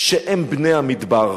שהם בני המדבר,